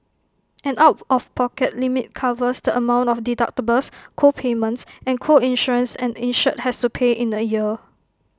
an out of pocket limit covers the amount of deductibles co payments and co insurance an insured has to pay in A year